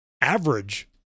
average